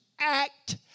act